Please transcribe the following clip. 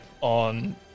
on